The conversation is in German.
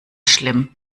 schlimm